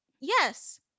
yes